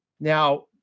Now